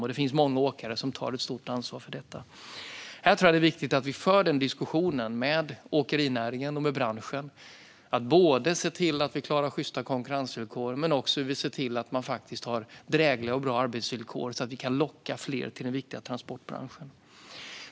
Det finns många åkare som tar ett stort ansvar för detta. Jag tror att det är viktigt att vi för denna diskussion med åkerinäringen och med branschen och att vi ser till att klara både sjysta konkurrensvillkor och drägliga och bra arbetsvillkor så att vi kan locka fler till den viktiga transportbranschen.